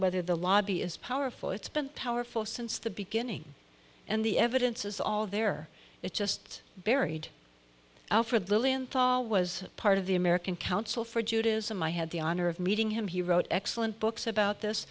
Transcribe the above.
whether the lobby is powerful it's been powerful since the beginning and the evidence is all there it's just buried alfred lin thought i was part of the american council for judaism i had the honor of meeting him he wrote excellent books about this